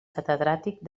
catedràtic